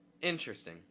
Interesting